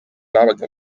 babaga